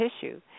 tissue